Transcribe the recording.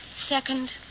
Second